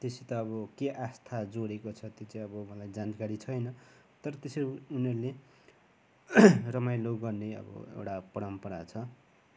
त्योसित अब के आस्था जोडिएको छ त्यो चाहिँ अब मलाई जानकारी छैन तर त्यसरी उनीहरूले रमाइलो गर्ने अब एउटा परम्परा छ